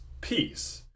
peace